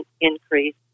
increase